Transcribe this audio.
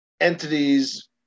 entities